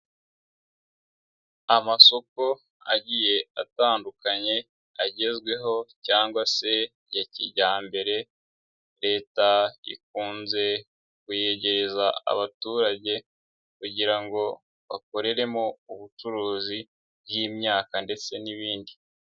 Amasoko agiye atandukanye agezweho cyangwa se ya kijyambere leta ikunze kuyegereza abaturage kugira ngo bakoreremo ubucuruzi bw'imyaka ndetse n'ibindi.